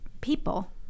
people